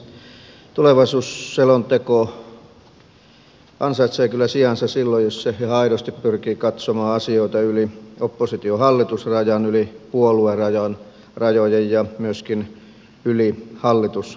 tulevaisuusselonteko ansaitsee kyllä sijansa silloin jos se ihan aidosti pyrkii katsomaan asioita yli oppositiohallitus rajan yli puoluerajojen ja myöskin yli hallituskausien